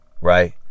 right